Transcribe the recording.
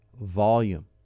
volume